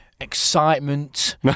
excitement